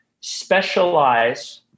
specialize